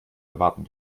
erwarten